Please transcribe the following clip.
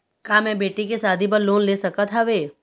का मैं बेटी के शादी बर लोन ले सकत हावे?